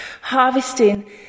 harvesting